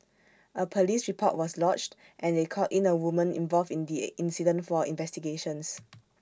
A Police report was lodged and they called in A woman involved in the incident for investigations